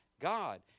God